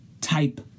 type